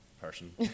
person